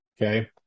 Okay